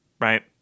right